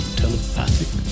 telepathic